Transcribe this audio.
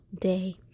day